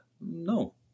No